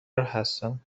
هستم